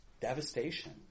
Devastation